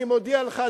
אני מודיע לך,